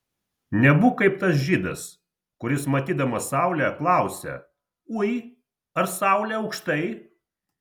nebūk kaip tas žydas kuris matydamas saulę klausia ui ar saulė aukštai